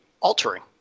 altering